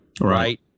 Right